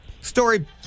story